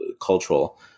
cultural